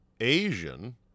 asian